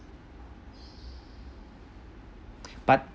but